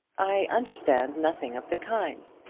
i understand nothing of the kind.